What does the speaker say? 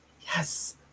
yes